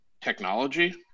technology